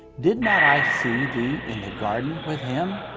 did not i see thee in the garden with him?